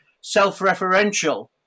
self-referential